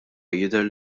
jidher